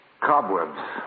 cobwebs